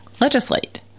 legislate